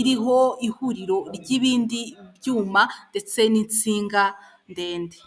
iriho ihuriro ry'ibindi byuma ndetse n'insinga ndende.